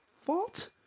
fault